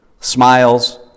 Smiles